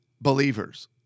believers